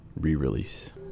re-release